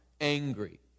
angry